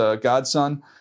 godson